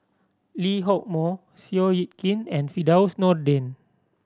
Lee Hock Moh Seow Yit Kin and Firdaus Nordin